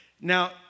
Now